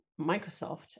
Microsoft